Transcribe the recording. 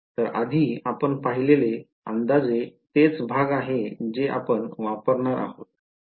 तर आधी आपण पाहिलेले अंदाजे तेच भाग आहे जे आपण वापरणार आहोत